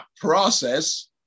process